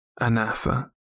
ANASA